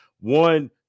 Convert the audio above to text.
one